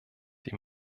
die